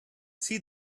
see